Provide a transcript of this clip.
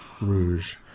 Rouge